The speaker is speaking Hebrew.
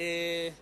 אי-פעם